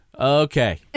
Okay